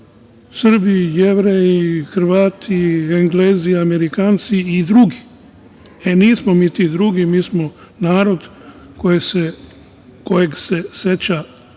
Srbi, Jevreji, Hrvati, Englezi, Amerikanci i drugi. E nismo mi ti drugi. Mi smo narod kojeg se seća